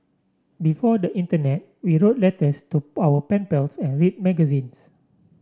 before the internet we wrote letters to our pen pals and read magazines